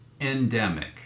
endemic